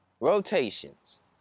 rotations